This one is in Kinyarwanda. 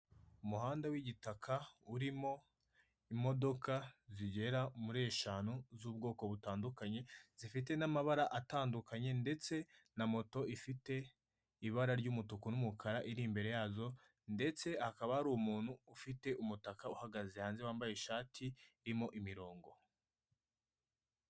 Umuhanda w'igitaka urimo imodoka zigera muri eshanu z'ubwoko butandukanye, zifite n'amabara atandukanye, ndetse na moto ifite ibara ry'umutuku n'umukara iri imbere yazo, ndetse hakaba hari umuntu ufite umutaka uhagaze hanze wambaye ishati, irimo imirongo.